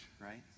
right